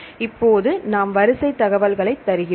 இப்போது நாம் வரிசை தகவல்களைத் தருகிறோம்